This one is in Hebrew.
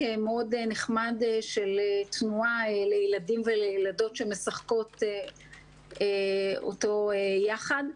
מאוד נחמד של תנועה לילדים ולילדות שמשחקות אותו יחד.